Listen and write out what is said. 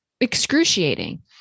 Excruciating